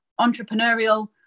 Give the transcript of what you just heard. entrepreneurial